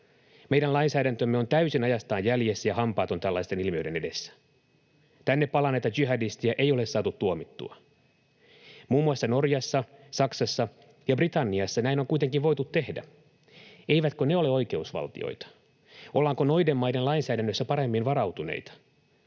Meidän lainsäädäntömme on täysin ajastaan jäljessä ja hampaaton tällaisten ilmiöiden edessä. Tänne palanneita jihadisteja ei ole saatu tuomittua. Muun muassa Norjassa, Saksassa ja Britanniassa näin on kuitenkin voitu tehdä. Eivätkö ne ole oikeusvaltioita? Ollaanko noiden maiden lainsäädännössä paremmin varautuneita,